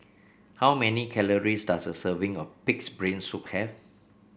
how many calories does a serving of pig's brain soup have